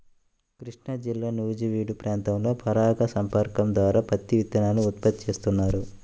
కృష్ణాజిల్లా నూజివీడు ప్రాంతంలో పరాగ సంపర్కం ద్వారా పత్తి విత్తనాలను ఉత్పత్తి చేస్తున్నారు